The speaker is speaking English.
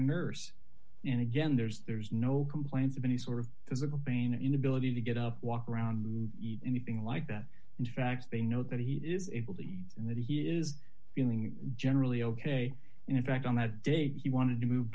nurse and again there's there's no complaints of any sort of physical brain or inability to get up walk around eat anything like that in fact they know that he is able to and that he is feeling generally ok in fact on that day he wanted to move